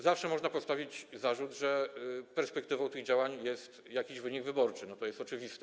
Zawsze można postawić zarzut, że perspektywą tych działań jest jakiś wynik wyborczy, to jest oczywiste.